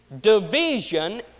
Division